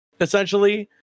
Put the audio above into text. essentially